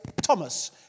thomas